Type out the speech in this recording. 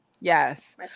Yes